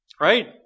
Right